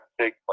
take